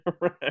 Right